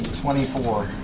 twenty four.